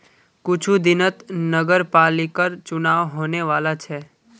कुछू दिनत नगरपालिकर चुनाव होने वाला छ